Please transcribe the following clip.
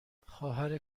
خواهر